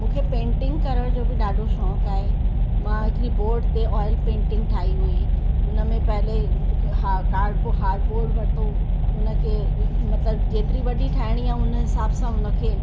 मूंखे पेंटिंग करण जो बि ॾाढो शौक़ु आहे मां हिकिड़ी बोर्ड ते ऑयल पेंटिंग ठाही हुई हुन में पहिले कार्डबोर्ड हार्डबोर्ड वरितो हुन खे मतिलबु जेतिरी वॾी ठाहिणी आहे हुन हिसाब सां हुन खे